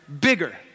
bigger